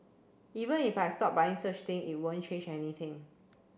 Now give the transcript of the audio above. even if I stop buying such thing it won't change anything